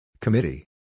Committee